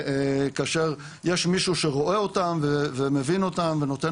כאשר יש מישהו שרואה אותם ומבין אותם ונותן